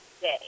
day